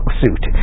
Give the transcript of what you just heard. suit